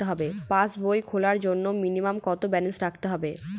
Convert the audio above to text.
পাসবই খোলার জন্য মিনিমাম কত ব্যালেন্স রাখতে হবে?